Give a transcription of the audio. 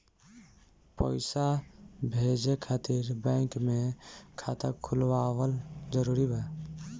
पईसा भेजे खातिर बैंक मे खाता खुलवाअल जरूरी बा?